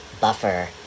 buffer